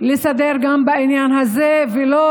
לסדר בעניין הזה שתהיה לו אפשרות ולא